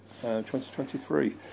2023